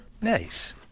Nice